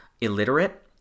illiterate